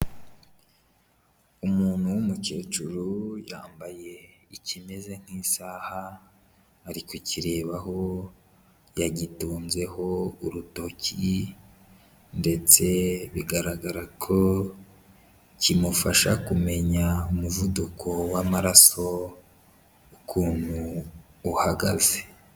Umuntu w'umukecuru, yambaye ikimeze nk'isaha ari kukirebaho, yagitunzeho urutoki ndetse bigaragara ko kimufasha kumenya umuvuduko w'amaraso ukuntu uhagaze.